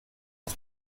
das